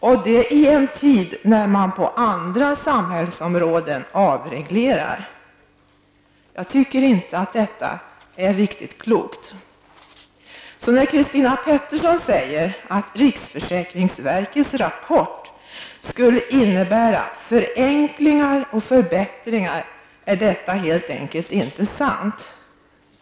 Och detta i en tid när man på andra samhällsområden avreglerar. Jag tycker inte att det är riktigt klokt. Så när Christina Pettersson säger att ett system enligt riksförsäkringsverkets rapport skulle innebära förenklingar och förbättringar, är det helt enkelt inte sant.